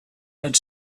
had